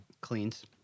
cleans